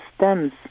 stems